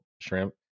shrimp